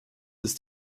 ist